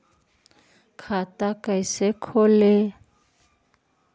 खाता कैसे खोले?